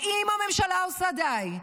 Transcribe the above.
אם הממשלה עושה די,